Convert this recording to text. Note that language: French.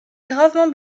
gravement